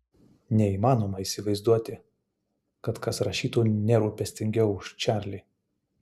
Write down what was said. neįmanoma įsivaizduoti kad kas rašytų nerūpestingiau už čarlį